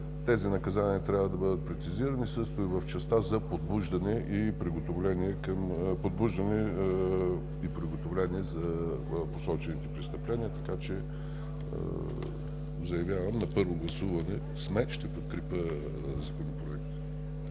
тези наказания трябва да бъдат прецизирани също в частта за подбуждане и приготовление за посочените престъпления. Така че заявявам, на първо гласуване сме, ще подкрепя Законопроекта.